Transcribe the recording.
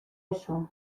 eso